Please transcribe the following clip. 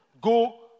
Go